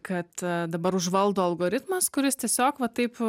kad dabar užvaldo algoritmas kuris tiesiog va taip